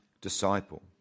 disciple